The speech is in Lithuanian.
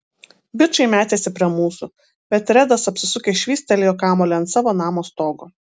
bičai metėsi prie mūsų bet redas apsisukęs švystelėjo kamuolį ant savo namo stogo